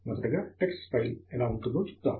మొదటగా text file ఎలా ఉంటుందో చూద్దాం